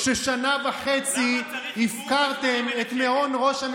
שנה וחצי, חמדנות, זה מה שהיה.